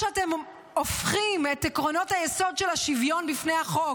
שאתם הופכים את עקרונות היסוד של השוויון בפני החוק,